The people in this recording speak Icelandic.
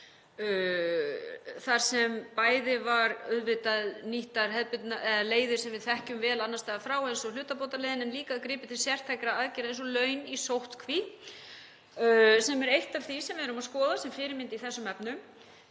þar sem bæði voru nýttar hefðbundnar leiðir sem við þekkjum vel annars staðar frá eins og hlutabótaleiðin, en líka gripið til sértækra aðgerða eins og laun í sóttkví. Það er eitt af því sem við erum að skoða sem fyrirmynd í þessum efnum.